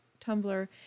Tumblr